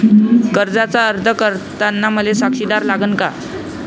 कर्जाचा अर्ज करताना मले साक्षीदार लागन का?